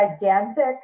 gigantic